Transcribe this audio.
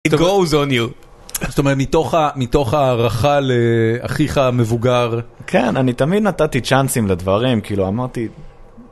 ‏it goes on you, זאת אומרת מתוך הערכה לאחיך המבוגר. כן, אני תמיד נתתי צ'אנסים לדברים, כאילו אמרתי.